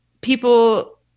people